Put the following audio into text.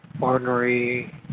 ordinary